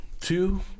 two